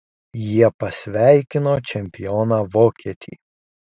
jie pasveikino čempioną vokietį